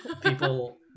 people